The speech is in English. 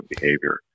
behavior